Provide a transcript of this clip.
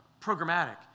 programmatic